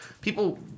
People